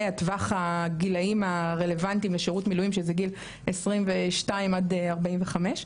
הטווח הגילאים הרלוונטיים לשירות מילואים שזה גיל 22 עד 45,